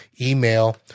email